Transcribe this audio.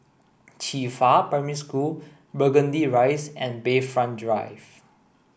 Qifa Primary School Burgundy Rise and Bayfront Drive